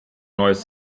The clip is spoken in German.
neues